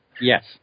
Yes